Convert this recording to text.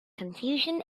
confusion